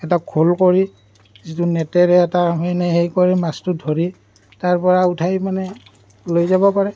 এটা ঘোল কৰি যিটো নেটেৰে এটা মানে হেৰি কৰে মাছটো ধৰি তাৰ পৰা উঠাই মানে লৈ যাব পাৰে